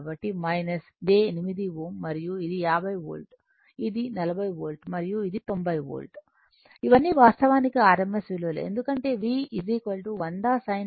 కాబట్టి j 8 Ω మరియు ఇది 50 వోల్ట్ అది 40 వోల్ట్ మరియు ఇది 90 వోల్ట్ ఇవన్నీ వాస్తవానికి rms విలువలు ఎందుకంటే V 100sin 40 t అని ఇవ్వబడినది